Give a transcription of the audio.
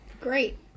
Great